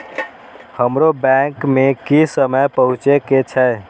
हमरो बैंक में की समय पहुँचे के छै?